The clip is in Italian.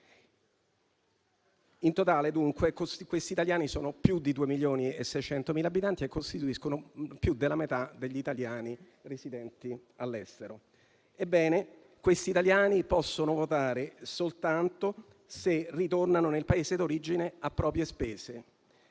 In totale, dunque, questi italiani sono più di 2,6 milioni e costituiscono più della metà degli italiani residenti all'estero. Ebbene, questi italiani possono votare soltanto se ritornano nel Paese d'origine a proprie spese.